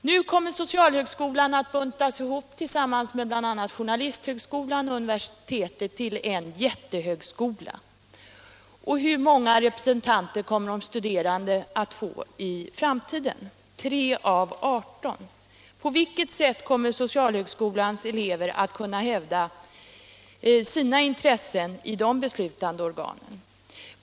Nu kommer socialhögskolan att buntas ihop med bl.a. journalisthögskolan och universitetet till en jättehögskola. Hur många representanter kommer då de studerande att få i framtiden? Jo, 3 av 18. På vilket sätt kommer socialhögskolans elever att kunna hävda sina intressen i de beslutande organen?